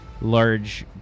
large